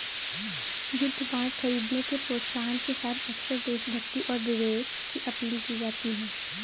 युद्ध बांड खरीदने के प्रोत्साहन के साथ अक्सर देशभक्ति और विवेक की अपील की जाती है